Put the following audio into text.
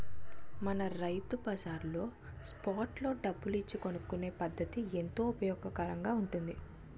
మన రైతు బజార్లో స్పాట్ లో డబ్బులు ఇచ్చి కొనుక్కునే పద్దతి ఎంతో ఉపయోగకరంగా ఉంటుంది